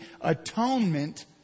atonement